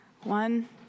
one